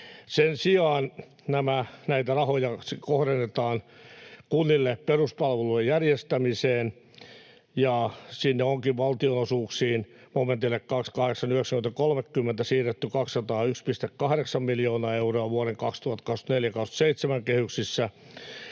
Sen sijaan näitä rahoja kohdennetaan kunnille peruspalvelujen järjestämiseen, ja sinne onkin valtionosuuksiin momentille 28.90.30 siirretty 201,8 miljoonaa euroa vuoden 2024—27 kehyksissä.